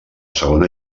segona